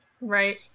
Right